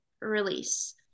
release